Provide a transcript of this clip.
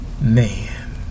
man